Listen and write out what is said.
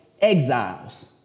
exiles